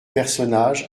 personnages